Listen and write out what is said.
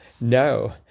No